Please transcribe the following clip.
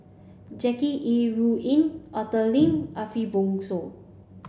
Jackie Yi Ru Ying Arthur Lim Ariff Bongso